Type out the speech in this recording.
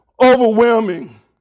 overwhelming